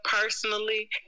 personally